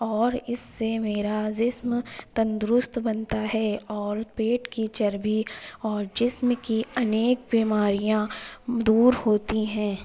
اور اس سے میرا جسم تندرست بنتا ہے اور پیٹ کی چربی اور جسم کی انیک بیماریاں دور ہوتی ہیں